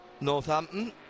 Northampton